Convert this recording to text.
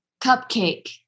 cupcake